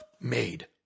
made